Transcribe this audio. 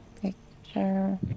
picture